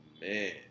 man